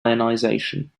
ionization